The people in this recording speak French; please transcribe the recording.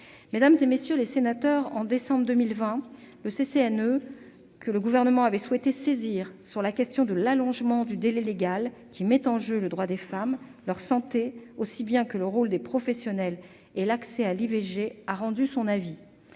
Mesdames, messieurs les sénateurs, en décembre 2020, le Comité consultatif national d'éthique (CCNE), que le Gouvernement avait souhaité saisir sur la question de l'allongement du délai légal, qui met en jeu le droit des femmes, leur santé, aussi bien que le rôle des professionnels et l'accès à l'IVG, a rendu son avis.